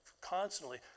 constantly